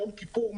יום כיפור,